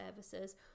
services